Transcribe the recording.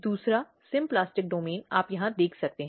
दूसरा symplastic domain आप यहाँ देख सकते हैं